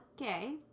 okay